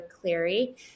Cleary